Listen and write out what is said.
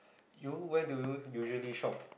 you where do you usually shop